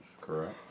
correct